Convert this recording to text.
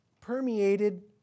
permeated